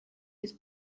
his